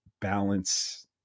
balance